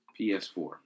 PS4